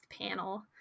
panel